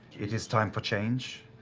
it is time for change.